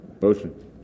Motion